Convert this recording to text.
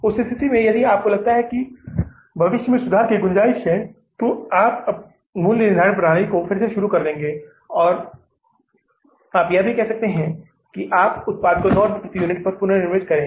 उस स्थिति में यदि आपको लगता है कि भविष्य में सुधार की गुंजाईश है तो आप मूल्य निर्धारण प्रणाली को फिर से शुरू कर देंगे और आप यह भी कह सकते हैं कि अपने उत्पाद को 9 रुपये प्रति यूनिट पर पुनर्निर्मित करें